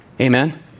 Amen